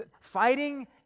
Fighting